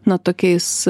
na tokiais